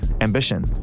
ambition